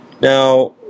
Now